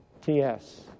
TS